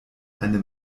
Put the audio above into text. eine